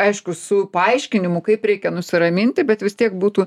aišku su paaiškinimu kaip reikia nusiraminti bet vis tiek būtų